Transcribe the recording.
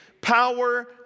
power